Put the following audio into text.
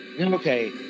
Okay